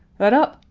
huddup!